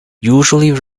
usually